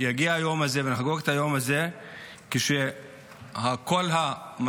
יגיע היום הזה ונחגוג אותו כשכל התמונה